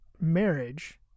marriage